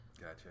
Gotcha